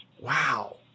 Wow